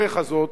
בדרך הזאת,